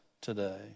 today